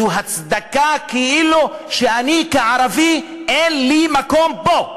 זו הצדקה כאילו אני, כערבי, אין לי מקום פה,